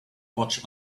watch